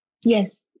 Yes